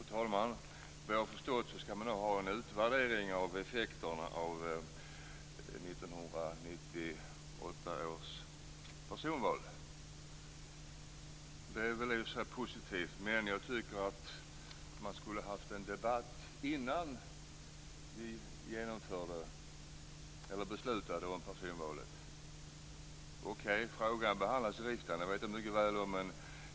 Fru talman! Vad jag har förstått skall man nu ha en utvärdering av effekterna av 1998 års personval. Det är väl i och för sig positivt. Men jag tycker att man skulle ha haft en debatt innan vi genomförde, eller beslutade om, personvalet. Okej, frågan behandlades i riksdagen, det vet jag mycket väl.